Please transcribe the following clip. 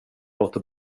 låter